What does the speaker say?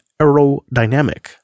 aerodynamic